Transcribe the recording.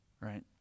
right